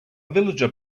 villager